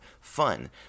fun